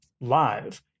live